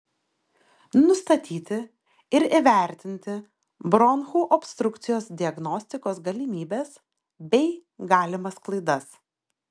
nustatyti ir įvertinti bronchų obstrukcijos diagnostikos galimybes bei galimas klaidas